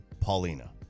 Paulina